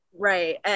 Right